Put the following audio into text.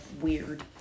Weird